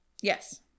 Yes